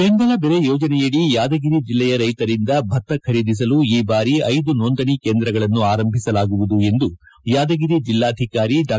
ಬೆಂಬಲ ಬೆಲೆ ಯೋಜನೆಯಡಿ ಯಾದಗಿರಿ ಜಿಲ್ಲೆಯ ರೈತರಿಂದ ಭತ್ತ ಖರೀದಿಸಲು ಈ ಬಾರಿ ಐದು ನೋಂದಣೆ ಕೇಂದ್ರಗಳನ್ನು ಆರಂಭಿಸಲಾಗುವುದು ಎಂದು ಯಾದಗಿರಿ ಜಿಲ್ಲಾಧಿಕಾರಿ ಡಾ